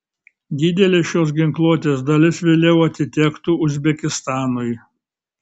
didelė šios ginkluotės dalis vėliau atitektų uzbekistanui